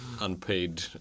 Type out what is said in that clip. unpaid